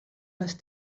les